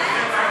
המחנה